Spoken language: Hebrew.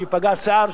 שייפגע השיער,